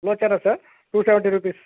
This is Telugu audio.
ఉలవచారా సార్ టు సెవెంటీ రూపీస్